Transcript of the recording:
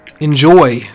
Enjoy